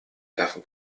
werfen